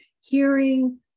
hearing